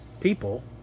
people